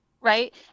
right